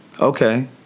Okay